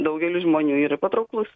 daugeliui žmonių yra patrauklus